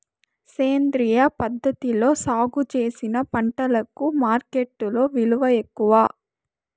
సేంద్రియ పద్ధతిలో సాగు చేసిన పంటలకు మార్కెట్టులో విలువ ఎక్కువ